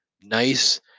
nice